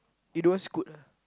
you don't want Scoot ah